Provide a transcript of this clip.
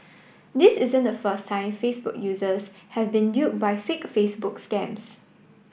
this isn't the first time Facebook users have been duped by fake Facebook scams